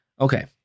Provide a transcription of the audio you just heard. Okay